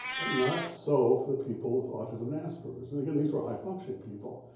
but not so for the people with autism and asperger's. and again, these were high functioning people.